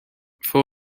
for